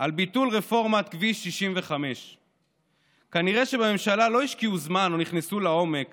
על ביטול רפורמת כביש 65. כנראה שבממשלה לא השקיעו זמן או נכנסו לעומק